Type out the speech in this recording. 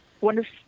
Wonderful